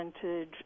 percentage